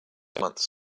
months